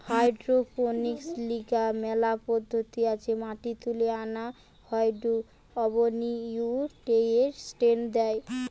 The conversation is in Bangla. হাইড্রোপনিক্স লিগে মেলা পদ্ধতি আছে মাটি তুলে আনা হয়ঢু এবনিউট্রিয়েন্টস দেয়